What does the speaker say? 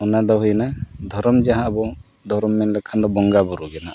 ᱚᱱᱟᱫᱚ ᱦᱩᱭ ᱱᱟ ᱫᱷᱚᱨᱚᱢ ᱡᱟᱦᱟᱸ ᱟᱵᱚ ᱫᱷᱚᱨᱚᱢ ᱢᱮᱱ ᱞᱮᱠᱷᱟᱱ ᱫᱚ ᱵᱚᱸᱜᱟ ᱵᱳᱨᱳ ᱜᱮ ᱦᱟᱸᱜ